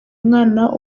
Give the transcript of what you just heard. umwana